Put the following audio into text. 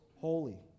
holy